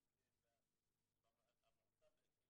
אני מבינה שמתוך ארבעת נציגי